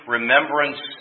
Remembrance